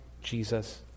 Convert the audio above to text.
Jesus